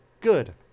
good